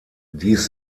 dies